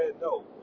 No